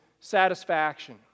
satisfaction